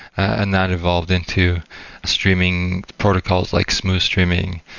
and that evolved into streaming protocols, like smooth streaming,